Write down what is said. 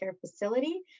facility